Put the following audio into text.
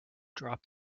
drop